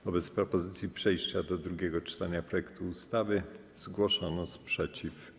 Wobec propozycji przejścia do drugiego czytania projektu ustawy zgłoszono sprzeciw.